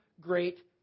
great